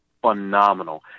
phenomenal